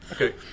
Okay